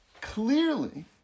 clearly